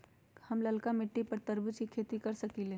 हम लालका मिट्टी पर तरबूज के खेती कर सकीले?